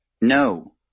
No